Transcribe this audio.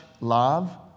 love